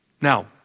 Now